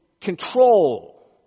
control